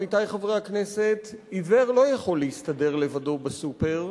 עמיתי חברי הכנסת: עיוור לא יכול להסתדר לבדו בסופר.